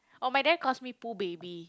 oh my dad calls me Poo baby